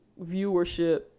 viewership